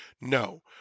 no